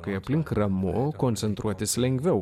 kai aplink ramu koncentruotis lengviau